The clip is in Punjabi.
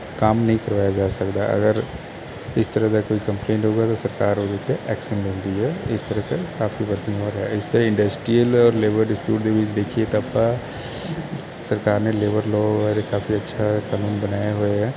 ਕੰਮ ਨਹੀਂ ਕਰਵਾਇਆ ਜਾ ਸਕਦਾ ਅਗਰ ਇਸ ਤਰ੍ਹਾਂ ਦਾ ਕੋਈ ਕੰਪਲੇਂਟ ਹੋਵੇਗਾ ਤਾ ਸਰਕਾਰ ਉਹਦੇ ਉੱਤੇ ਐਕਸਨ ਲੈਂਦੀ ਹੈ ਇਸ ਕਰਕੇ ਕਾਫੀ ਵਰਕਿੰਗ ਆਵਰ ਹੈ ਇਸ ਤਰ੍ਹਾਂ ਇੰਡਸਟ੍ਰੀਅਲ ਲੇਵਰ ਡਿਸਪਿਊਟ ਦੇ ਵਿੱਚ ਦੇਖੀਏ ਤਾਂ ਆਪਾਂ ਸਰਕਾਰ ਨੇ ਲੇਬਰ ਲੋ ਬਾਰੇ ਕਾਫੀ ਅੱਛਾ ਕਾਨੂੰਨ ਬਣਾਏ ਹੋਏ ਆ